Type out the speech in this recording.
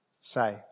say